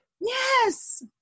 Yes